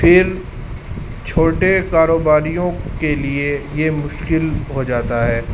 پھر چھوٹے کاروباریوں کے لیے یہ مشکل ہو جاتا ہے